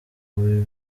ibyo